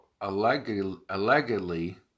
allegedly